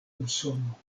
usono